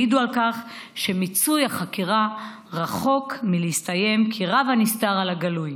והעידו על כך שמיצוי החקירה רחוק מלהסתיים וכי רב הנסתר על הגלוי.